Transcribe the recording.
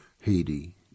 Haiti